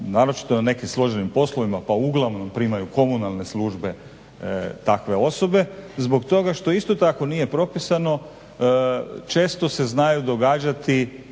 naročito na nekim složenim poslovima pa uglavnom primaju komunalne službe takve osobe. Zbog tog što isto tako nije propisano često se znaju događati